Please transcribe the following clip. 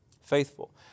Faithful